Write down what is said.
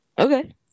Okay